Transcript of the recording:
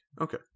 Okay